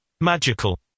Magical